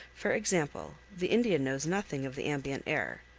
for example, the indian knows nothing of the ambient air.